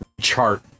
chart